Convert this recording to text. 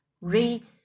read